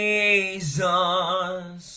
Jesus